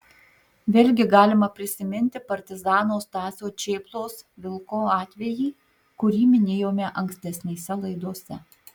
vėlgi galima prisiminti partizano stasio čėplos vilko atvejį kurį minėjome ankstesnėse laidose